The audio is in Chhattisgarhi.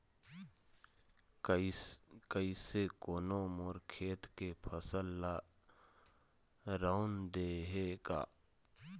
कइसे कोनो मोर खेत के फसल ल रंउद दे हे का?